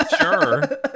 sure